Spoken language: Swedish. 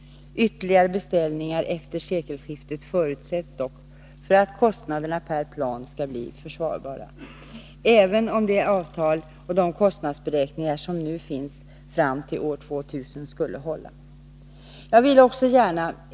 Ytterligare beställningar efter sekelskiftet förutsätts dock för att kostnaderna per plan skall bli försvarbara, även om det avtal och de kostnadsberäkningar som nu finns fram till år 2000 skulle hålla.